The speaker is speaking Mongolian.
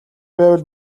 байвал